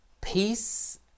peace